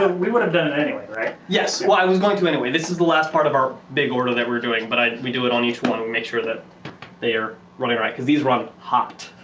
ah we would have done anyway, right? yes, well, i was going to anyway. this is the last part of our big order that we're doing but we do it on each one to make sure that they are running right because these run hot.